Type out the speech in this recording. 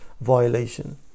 violation